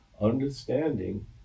understanding